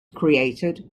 created